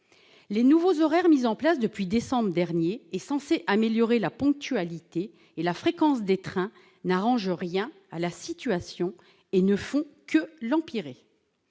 Les nouveaux horaires mis en place depuis le mois de décembre dernier, censés améliorer la ponctualité et la fréquence des trains, n'arrangent rien à la situation et ne font que l'empirer.